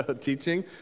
teaching